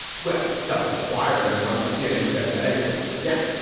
well, doesn't require anyone, but cnn said that anyway. now,